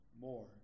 more